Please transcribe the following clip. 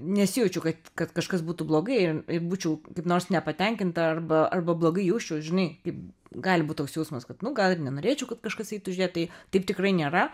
nesijaučiu kad kad kažkas būtų blogai ir būčiau kaip nors nepatenkinta arba arba blogai jausčiaus žinai taip gali būt toks jausmas kad nu gal ir nenorėčiau kad kažkas eitų žiūrėt tai taip tikrai nėra